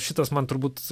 šitas man turbūt